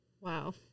Wow